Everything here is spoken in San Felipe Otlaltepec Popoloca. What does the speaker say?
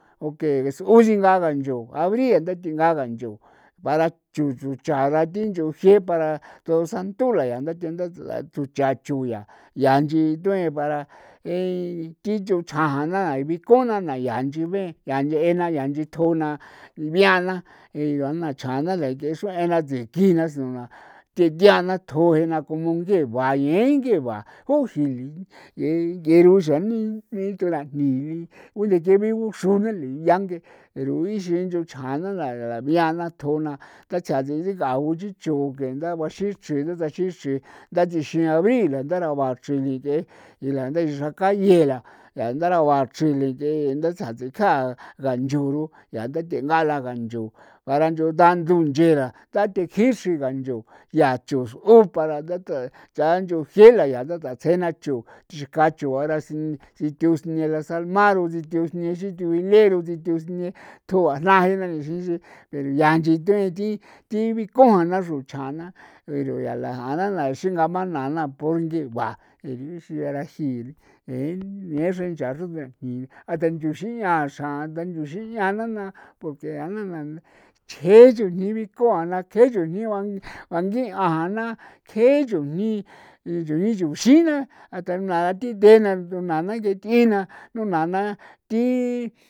Porque u singa kanchioo abriil te tenga nchon para cho chaa ra ti cho jie para todo santu ya la tu'cha cho yaa 'ia nchi tue para thi cho'cha jaa na bikuna'a na inchin veez yaa nchee na yaa nchi tjona bia la ja'a na chaa na para tsikin na ti thiana tjo como nge bañee ba nge ba ngee ngeruxra ni thuraj ni nyangee pero ixin nyechu chjana la ja'a na bi'a na tjo sika'o nchin cho ngain nthaba xi chri datsixi'an abriil bara'o bacrii yee xraka nche la bachri yee le nganchu'ru ngaa la ngan yoo dan'do nche ra tekjixi ntha ncho cho soo para chaa ncho ji'e la naa cho sikjaa cho ora sithusine ixin sineurie'ro ixin tjuan jna yaa nchetu'en ti biko'an na xro chaa na pero yaa la ja'an na ngigua porque nee xra nchuchete nthenyuxian na'a na porque jana'na che chujni bikon che chujni bangia ja'an kjee chujni chunxi na hasta nuna kee t'ina dee na nuna ti.